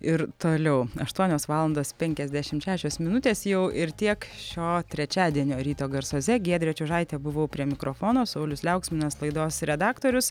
ir toliau aštuonios valandos penkiasdešimt šešios minutės jau ir tiek šio trečiadienio ryto garsuose giedrė čiužaitė buvau prie mikrofono saulius liauksminas laidos redaktorius